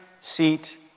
seat